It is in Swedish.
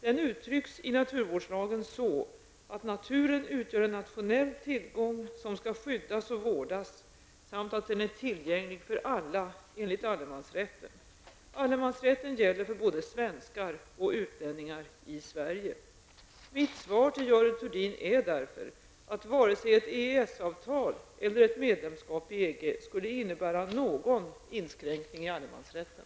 Den uttrycks i naturvårdslagen så, att naturen utgör en nationell tillgång som skall skyddas och vårdas samt att den är tillgänglig för alla enligt allemansrätten. Allemansrätten gäller både för svenskar och utlänningar i Sverige. Mitt svar till Görel Thurdin är därför, att vare sig ett EES-avtal eller ett medlemskap i EG skulle innebära någon inskränkning i allemansrätten.